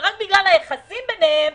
ורק בגלל היחסים ביניהם,